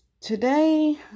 today